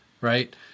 right